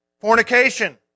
fornication